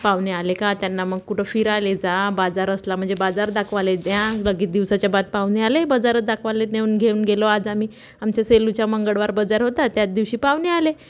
पाहुणे आले का त्यांना मग कुठं फिरायला जा बाजार असला म्हणजे बाजारात दाखवायला द्या लगीच दिवसाच्या बात पाहुणे आले बाजारात दाखवाला नेऊन घेऊन गेलो आज आम्ही आमच्या सेलूच्या मंगळवार बजार होता त्याच दिवशी पाहुणे आले